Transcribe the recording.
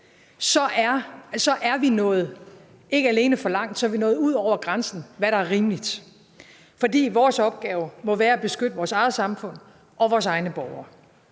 Så er vi nået ikke alene for langt, men ud over grænsen for, hvad der er rimeligt. For vores opgave må være at beskytte vores eget samfund og vores egne borgere.